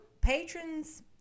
patrons